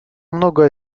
много